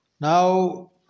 Now